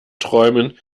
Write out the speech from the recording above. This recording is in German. träumen